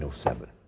so seven,